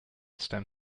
stem